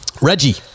Reggie